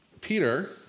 Peter